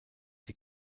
die